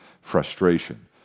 frustration